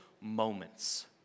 moments